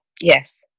Yes